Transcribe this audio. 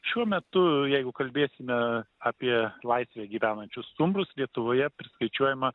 šiuo metu jeigu kalbėsime apie laisvėj gyvenančius stumbrus lietuvoje priskaičiuojama